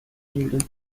england